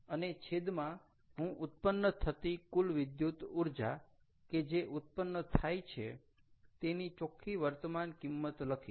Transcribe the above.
અને છેદમાં હું ઉત્પન્ન થતી કુલ વિદ્યુત ઊર્જા કે જે ઉત્પન્ન થાય છે તેની ચોખ્ખી વર્તમાન કિંમત લખીશ